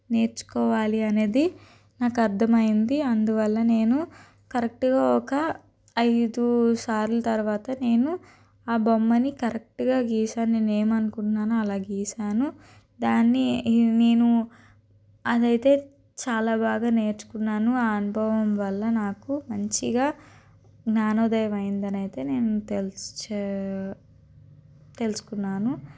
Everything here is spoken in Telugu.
నేర్చుకోవాలి అనేది నాకు అర్థమైంది అందువల్ల నేను కరెక్ట్గా ఒక ఐదుసార్లు తరువాత నేను ఆ బొమ్మని కరెక్ట్గా గీసాను నేను ఏమనుకున్నానో అలా గీసాను దాన్ని నేను అదైతే చాలా బాగా నేర్చుకున్నాను ఆ అనుభవం వల్ల నాకు మంచిగా జ్ఞానోదయం అయిందనైతే నేను తెలుసు తెలుసుకున్నాను